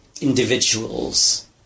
individuals